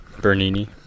Bernini